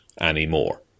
anymore